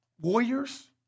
warriors